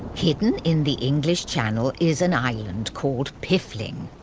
hidden in the english channel is an island called piffling.